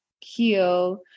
heal